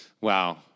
Wow